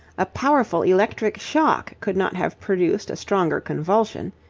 a powerful electric shock could not have produced a stronger convulsion.